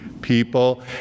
people